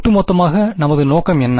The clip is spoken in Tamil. ஒட்டுமொத்தமாக நமது நோக்கம் என்ன